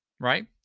right